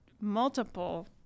multiple